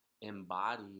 embody